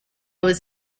was